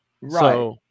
Right